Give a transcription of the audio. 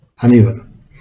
uneven